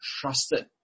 trusted